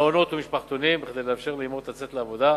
מעונות ומשפחתונים, כדי לאפשר לאמהות לצאת לעבודה,